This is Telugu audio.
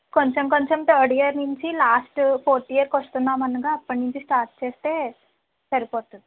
కొంచెం కొంచెం థర్డ్ ఇయర్ నుంచి లాస్ట్ ఫోర్త్ ఇయర్కి వస్తున్నాం అనగా అప్పటినుంచి స్టార్ట్ చేస్తే సరిపోతుంది